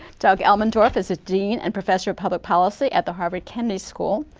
doug elmendorf is a dean and professor of public policy at the harvard kennedy school.